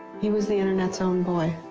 he was the internet's own boy.